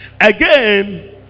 again